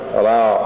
allow